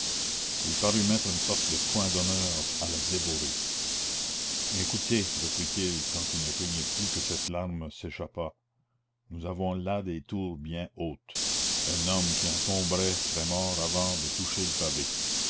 il parut mettre une sorte de point d'honneur à la dévorer écoutez reprit-il quand il ne craignit plus que cette larme s'échappât nous avons là des tours bien hautes un homme qui en tomberait serait mort avant de toucher le pavé